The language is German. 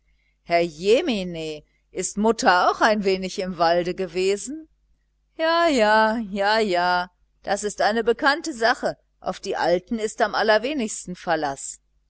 herrjemine ist mutter auch ein wenig im walde gewesen ja ja ja ja das ist eine bekannte sache auf die alten ist am allerwenigsten verlaß